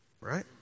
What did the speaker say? right